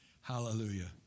Hallelujah